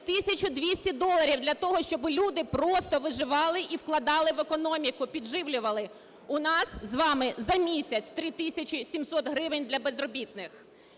200 доларів для того, щоб люди просто виживали і вкладали в економіку, підживлювали. У нас з вами за місяць 3 тисячі 700 гривень для безробітних!